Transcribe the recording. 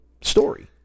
story